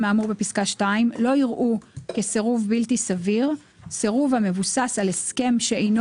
לא יראו כסירוב בלתי סביר סירוב המבוסס על הסכם שאינו